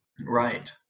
Right